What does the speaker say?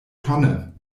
tonne